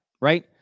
Right